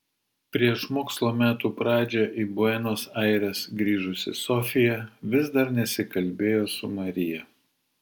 prieš mokslo metų pradžią į buenos aires grįžusi sofija vis dar nesikalbėjo su marija